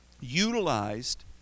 utilized